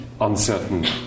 uncertain